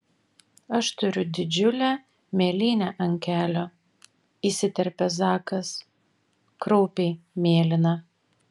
aš turiu didžiulę mėlynę ant kelio įsiterpia zakas kraupiai mėlyna